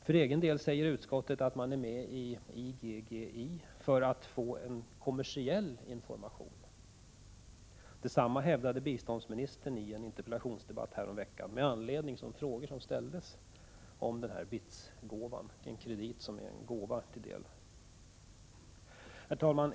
Utskottet säger att Sverige är med i IGGI för att få bl.a. kommersiell information. Detsamma hävdade biståndsministern i en interpellationsdebatt häromveckan med anledning av att det ställdes frågor om BITS-gåvan — en kredit som till viss del är en gåva. Herr talman!